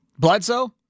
Bledsoe